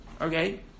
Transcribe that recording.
Okay